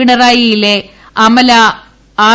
പിണറായിലെ Amala R